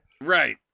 Right